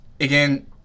again